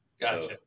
gotcha